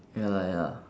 ya lah ya